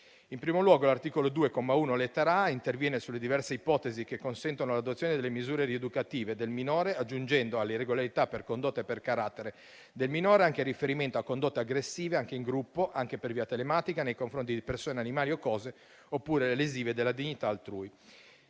In primo luogo l'articolo 2, comma 1, lettera *a)*, interviene sulle diverse ipotesi che consentono l'adozione delle misure rieducative del minore, aggiungendo alle irregolarità per condotta e per carattere del minore anche il riferimento a condotte aggressive anche in gruppo, anche per via telematica, nei confronti di persone, animali o cose oppure lesive della dignità altrui.